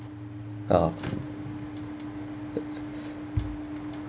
ah